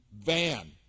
van